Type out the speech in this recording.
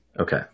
Okay